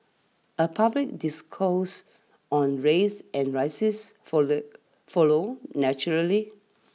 a public discourse on race and rises follow follows naturally